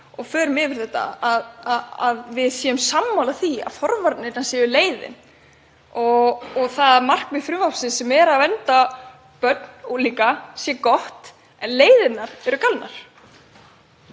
og förum yfir þetta, að við séum sammála því að forvarnirnar séu leiðin og það að markmið frumvarpsins, sem er að vernda börn og unglinga, sé gott en leiðirnar séu galnar.